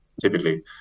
typically